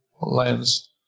lens